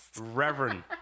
Reverend